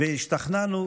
והשתכנענו,